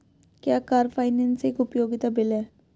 क्या car finance एक उपयोगिता बिल है?